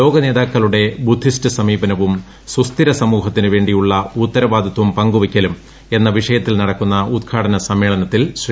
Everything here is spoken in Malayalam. ലോക നേതാക്കളുടെ ബുദ്ധിസ്റ്റ് സമീപനവും സുസ്ഥിര സമൂഹത്തിന് വേണ്ടിയുള്ള ഉത്തരവാദിത്വം പങ്കുവയ്ക്കലും എന്ന വിഷയത്തിൽ നടക്കുന്ന ഉദ്ഘാടന പരിപാടിയിൽ സമ്മേളനത്തിൽ ശ്രീ